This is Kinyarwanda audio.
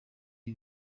ibi